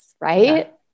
right